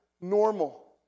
normal